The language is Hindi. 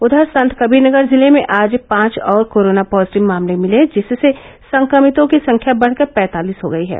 उधर संतकबीरनगर जिले में आज पांच और कोरोना पॉजिटिव मामले मिले जिससे संक्रमितों की संख्या बढ़कर पैंतालीस हो गयी है